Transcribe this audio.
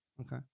Okay